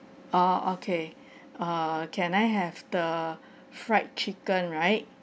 oh okay err can I have the fried chicken right